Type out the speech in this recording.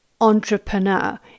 entrepreneur